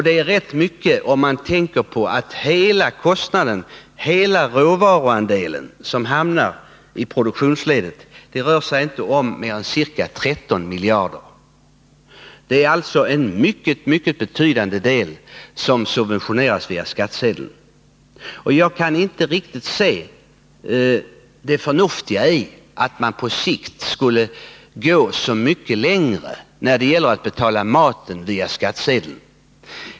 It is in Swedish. Det är rätt mycket om man tänker på att hela råvaruandelen som hamnar i produktionsledet inte rör sig om mer än ca 13 miljarder. En mycket mycket betydande del subventioneras alltså via skattsedeln. Jag kan inte riktigt se det förnuftiga i att på sikt gå så mycket längre när det gäller att betala maten via skattsedeln.